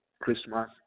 Christmas